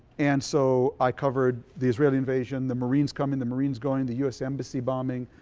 and so i covered the israeli invasion, the marines coming, the marines going, the us embassy bombing,